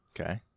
Okay